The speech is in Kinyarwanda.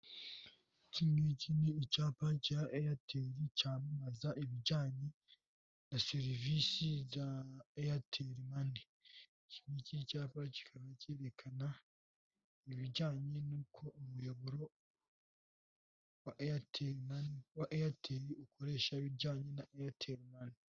Ikingiki ni icyapa cya airtel cy'amamaza ibijyanye na serivisi za airtel money ikindi cyapa kikaba cyerekene ibijyanye n'uko umuyoboro wa airtel money wa airtel ukoresha ibijyanye na airtel money.